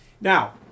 Now